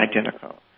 identical